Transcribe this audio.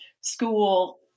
school